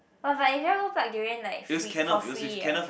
but but it very looks like durian free like for free ah